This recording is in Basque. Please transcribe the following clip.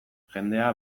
jendea